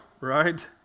right